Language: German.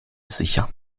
sicher